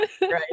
Right